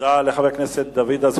תודה רבה לחבר הכנסת אזולאי.